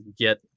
get